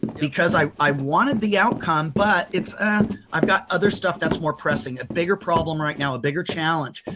because i i wanted the outcome, but it's, ah i've got other stuff that's more pressing, a bigger problem right now, a bigger challenge.